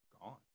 gone